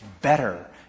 better